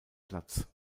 platz